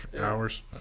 hours